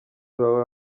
bawe